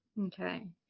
Okay